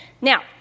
Now